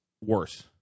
Worse